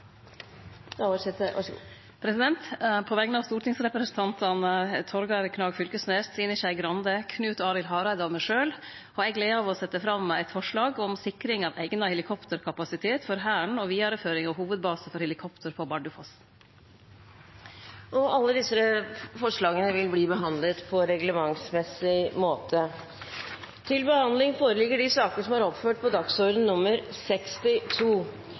På vegner av stortingsrepresentantane Torgeir Knag Fylkesnes, Trine Skei Grande, Knut Arild Hareide og meg sjølv har eg gleda av å setje fram eit forslag om sikring av eigna helikopterkapasitet for Hæren og vidareføring av hovudbase for helikopter på Bardufoss. Forslagene vil bli behandlet på reglementsmessig måte. Presidenten vil gjøre oppmerksom på at vi faktisk skal vedta at dette forslaget kan behandles. Innstillingen til saken som